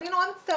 אני נורא מצטער,